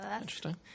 Interesting